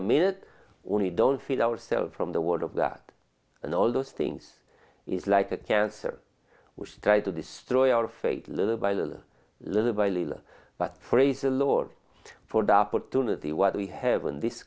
a minute we don't feed ourselves from the world of that and all those things is like a cancer which tries to destroy our faith little by little little by little but phrase a lot for the opportunity what we have in this